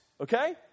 okay